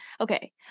okay